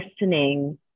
listening